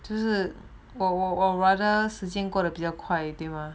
就是我 or rather 时间过得比较 quiet 的 mah